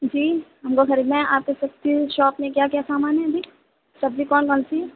جی ہم کو خریدنا ہے آ تو سکتی ہوں شاپ میں کیا کیا سامان ہے جی سبزی کون کون سی ہے